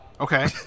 Okay